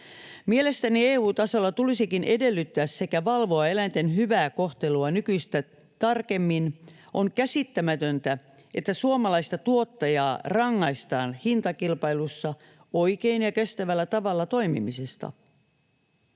Mielestäni EU-tasolla tulisikin edellyttää sekä valvoa eläinten hyvää kohtelua nykyistä tarkemmin. On käsittämätöntä, että suomalaista tuottajaa rangaistaan hintakilpailussa oikealla ja kestävällä tavalla toimimisesta.